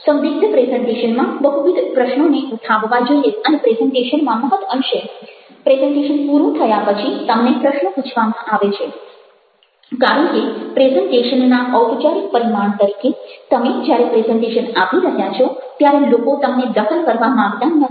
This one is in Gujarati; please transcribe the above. સંદિગ્ધ પ્રેઝન્ટેશનમાં બહુવિધ પ્રશ્નોને ઉઠાવવા જોઈએ અને પ્રેઝન્ટેશનમાં મહદ અંશે પ્રેઝન્ટેશન પૂરું થયા પછી તમને પ્રશ્નો પૂછવામાં આવે છે કારણ કે પ્રેઝન્ટેશનના ઔપચારિક પરિમાણ તરીકે તમે જ્યારે પ્રેઝન્ટેશન આપી રહ્યા છો ત્યારે લોકો તમને દખલ કરવા માંગતા નથી